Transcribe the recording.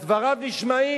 אז דבריו נשמעים